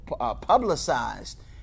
publicized